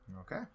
okay